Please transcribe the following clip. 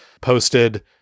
posted